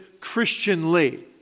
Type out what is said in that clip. Christianly